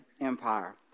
Empire